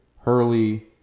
Hurley